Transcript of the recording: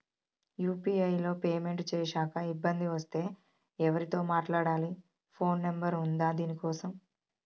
UPI లో payment చేశాక ఇబ్బంది వస్తే ఎవరితో మాట్లాడాలి? ఫోన్ నంబర్ ఉందా దీనికోసం?